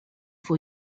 for